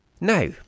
Now